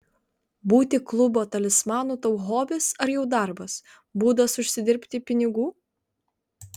būti klubo talismanu tau hobis ar jau darbas būdas užsidirbti pinigų